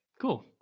cool